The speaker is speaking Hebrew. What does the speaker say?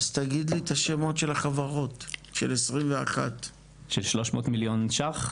אז תגיד לי את השמות של החברות של 2021. של 300 מיליון ₪?